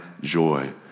joy